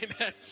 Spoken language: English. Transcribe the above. amen